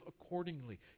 accordingly